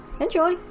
enjoy